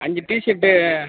அஞ்சு டிஷர்ட்